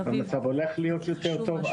המצב הולך להיות יותר טוב.